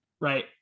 right